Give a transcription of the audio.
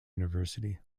university